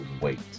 wait